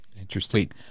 Interesting